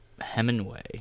Hemingway